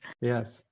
Yes